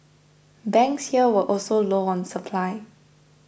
banks here were also low on supply